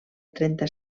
trenta